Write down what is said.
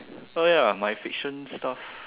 uh ya my fiction stuff